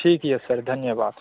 ठीक यऽ सर धन्यवाद